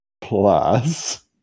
plus